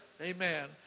Amen